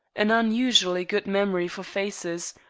an unusually good memory for faces,